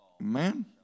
Amen